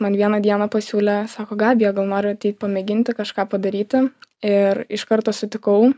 man vieną dieną pasiūlė sako gabija gal nori pamėginti kažką padaryti ir iš karto sutikau